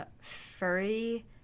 furry